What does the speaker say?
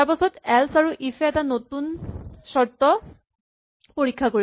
তাৰপাছত এল্চ আৰু ইফ এ এটা নতুন চৰ্ত পৰীক্ষা কৰিব